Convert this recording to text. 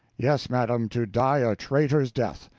yes, madam, to die a traitor's death.